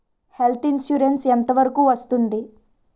Health insurance ఎంత వరకు వస్తుంది?